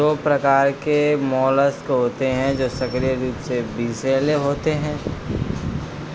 दो प्रकार के मोलस्क होते हैं जो सक्रिय रूप से विषैले होते हैं